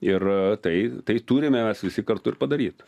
ir tai tai turime mes visi kartu ir padaryt